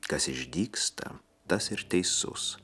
kas išdygsta tas ir teisus